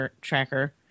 tracker